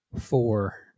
four